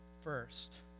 first